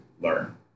learn